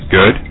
Good